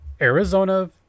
Arizona